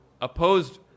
opposed